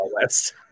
West